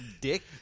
dick